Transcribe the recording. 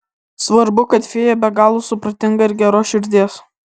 svarbu kad fėja be galo supratinga ir geros širdies